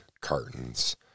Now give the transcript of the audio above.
cartons